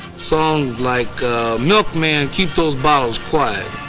songs like milkman keep those bottles quiet.